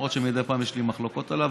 למרות שמדי פעם יש לי מחלוקות איתו,